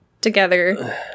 together